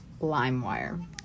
LimeWire